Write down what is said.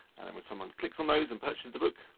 and then when someone clicks on those and purchases the book,